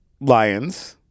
lions